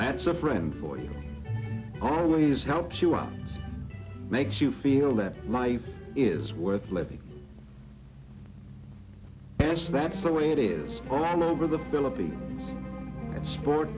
that's a friend for you always helps you out makes you feel that life is worth living as that's the way it is all over the philippines and sport